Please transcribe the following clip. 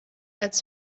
als